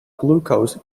glucose